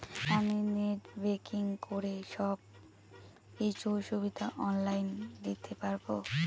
আমি net banking করে সব কিছু সুবিধা অন লাইন দিতে পারবো?